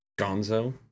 Gonzo